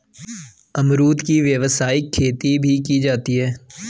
अमरुद की व्यावसायिक खेती भी की जाती है